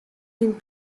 dyn